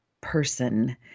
person